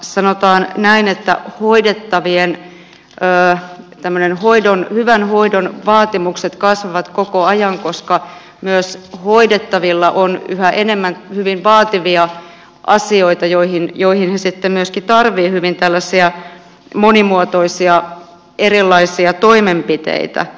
sanotaan näin että hoidettavien hyvän hoidon vaatimukset kasvavat koko ajan koska myös hoidettavilla on yhä enemmän hyvin vaativia asioita joihin he sitten myöskin tarvitsevat hyvin monimuotoisia erilaisia toimenpiteitä